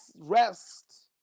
rest